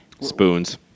Spoons